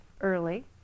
early